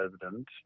president